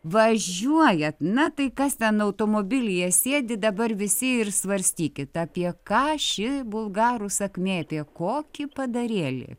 važiuojat na tai kas ten automobilyje sėdi dabar visi ir svarstykit apie ką ši bulgarų sakmė apie kokį padarėlį